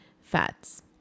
fats